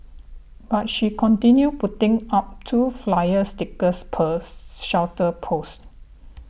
but she continued putting up two flyer stickers per shelter post